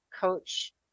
coach